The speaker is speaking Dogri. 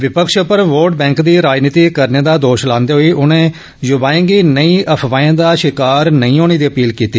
विपक्ष पर वोट बैंक दी राजनीति करने दा आरोप लांदे होई उनें युवाएं गी नेही अफवाहें दा शिकार नेईं होने दी अपील कीती